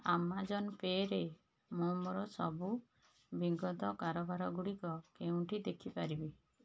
Amazon ପେରେ ମୁଁ ମୋର ସବୁ ବିଗତ କାରବାରଗୁଡ଼ିକ କେଉଁଠି ଦେଖିପାରିବି